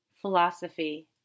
Philosophy